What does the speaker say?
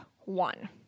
one